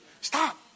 Stop